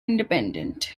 independent